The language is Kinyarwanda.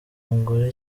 mugore